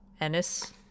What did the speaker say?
Ennis